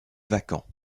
vacant